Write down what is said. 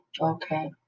Okay